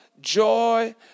joy